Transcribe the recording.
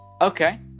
Okay